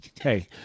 Hey